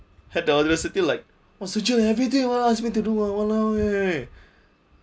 had the audacity like ask me to do ah !walao! eh